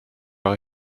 leur